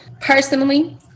personally